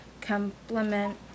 complement